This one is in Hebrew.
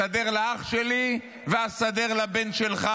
תסדר לאח שלי ואסדר לבן שלך.